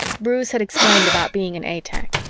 bruce had explained about being an a-tech.